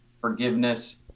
forgiveness